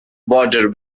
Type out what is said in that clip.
boarder